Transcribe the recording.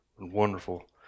wonderful